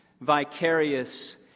vicarious